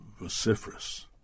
vociferous